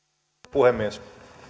puhemies haluan